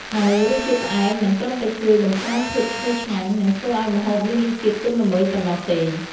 ហើយរសជាតិផ្អែមមិនត្រឹមតែជួយបង្កើនភាពឈ្ងុយឆ្ងាញ់ និងធ្វើឱ្យម្ហូបមានរសជាតិទន់ល្មើយប៉ុណ្ណោះទេ។